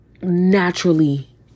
naturally